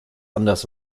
anders